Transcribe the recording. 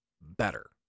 Better